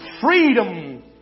freedom